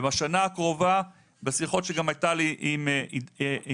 היו לי גם שיחות עם עינת,